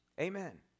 Amen